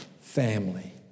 family